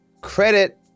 Credit